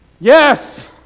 Yes